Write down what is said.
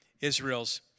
Israel's